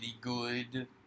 good